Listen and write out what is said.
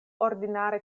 ordinare